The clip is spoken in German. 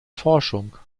forschung